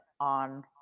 on